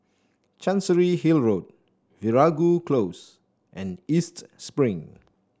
Chancery Hill Road Veeragoo Close and East Spring